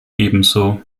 ebenso